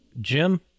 Jim